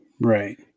Right